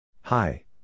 Hi